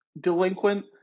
delinquent